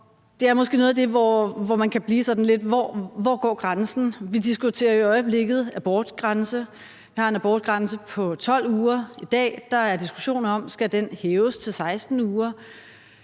Det er måske et af de områder, hvor man kan spørge, hvor grænsen går. Vi diskuterer jo i øjeblikket abortgrænsen. Vi har en abortgrænse på 12 uger i dag, og der er diskussioner om, hvorvidt den skal hæves til 16 uger.